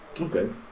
okay